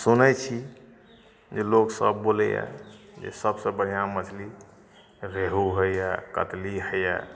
सुनै छी जे लोकसभ बोलैए जे सबसे बढ़िआँ मछली रेहू होइए कतली होइए